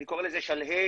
אני קוראי לזה שלהי,